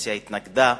והקואליציה התנגדו,